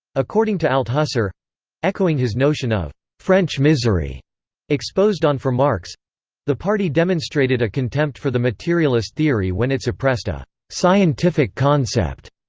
according to althusser althusser echoing his notion of french misery exposed on for marx the party demonstrated a contempt for the materialist theory when it suppressed a scientific concept.